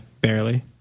barely